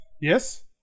Yes